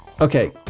Okay